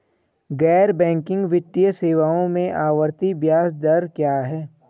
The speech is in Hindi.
गैर बैंकिंग वित्तीय सेवाओं में आवर्ती ब्याज दर क्या है?